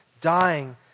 dying